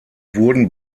wurden